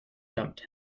dumped